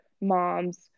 moms